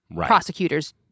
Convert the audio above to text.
prosecutors